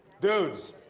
dudes,